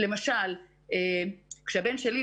כשהבן שלי,